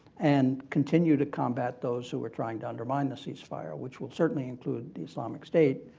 and continue to combat those who are trying to undermine the ceasefire, which will certainly include the islamic state,